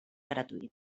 gratuït